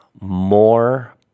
more